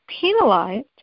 penalized